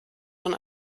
von